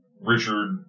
Richard